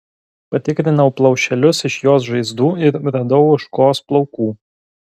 patikrinau plaušelius iš jos žaizdų ir radau ožkos plaukų